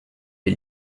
lès